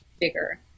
bigger